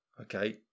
Okay